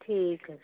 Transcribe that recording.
ਠੀਕ ਹੈ ਜੀ